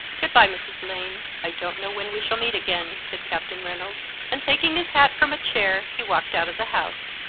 good-bye, mrs. lane. i dont know when we shall meet again, said captain reynolds and, taking his hat from a chair, he walked out of the house.